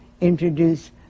introduce